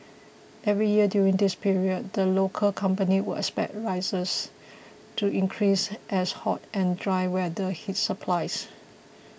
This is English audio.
every year during this period the local company would expect prices to increase as hot and dry weather hits supplies